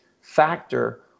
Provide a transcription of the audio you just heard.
factor